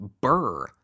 burr